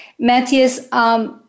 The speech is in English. Matthias